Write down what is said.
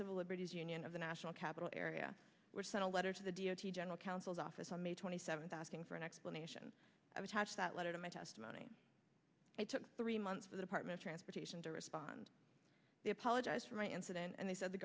civil liberties union of the national capital area were sent a letter to the d o t general counsel's office on may twenty seventh asking for an explanation of attach that letter to my testimony it took three months for the apartment transportation to respond to apologize for my incident and they said the